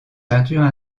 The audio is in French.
peintures